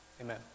Amen